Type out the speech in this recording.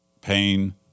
pain